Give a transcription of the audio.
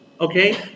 Okay